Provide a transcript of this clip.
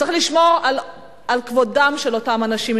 צריך לשמור על כבודם של אותם אנשים.